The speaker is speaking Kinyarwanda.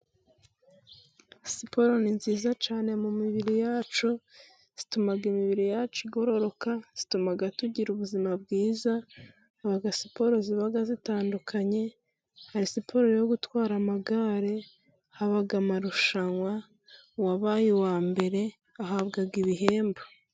Siporo ni nziza cyane mu mibiri yacu. Ituma imibiri yacu igororoka, ituma tugira ubuzima bwiza. Haba siporo ziba zitandukanye. Hari siporo yo gutwara amagare, haba amarushanwa, uwabaye uwa mbere ahabwa ibihembo.